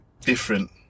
different